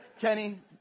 Kenny